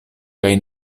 kaj